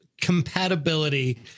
compatibility